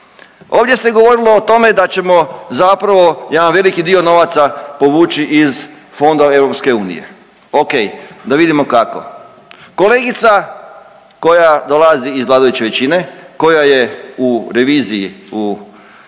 Ovdje se govorilo o tome da ćemo zapravo jedan veliki dio novaca povući iz fondova EU. Ok, da vidimo kako, kolegica koja dolazi iz vladajuće većine koja je u reviziji u